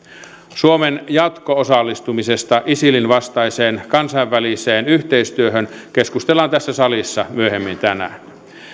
suomen jatko osallistumisesta isilin vastaiseen kansainväliseen yhteistyöhön keskustellaan tässä salissa myöhemmin tänään